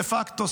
דה פקטו,